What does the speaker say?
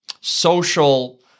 social